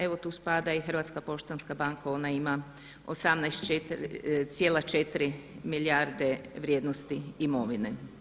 Evo tu spada i Hrvatska poštanska banka, ona ima 18,4 milijarde vrijednosti imovine.